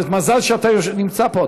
מזל שאתה נמצא פה,